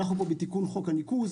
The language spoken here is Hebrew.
אנחנו נמצאים פה בתיקון חוק הניקוז.